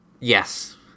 Yes